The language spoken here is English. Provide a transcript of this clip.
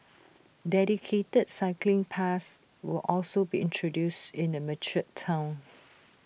dedicated cycling paths will also be introduced in the mature Town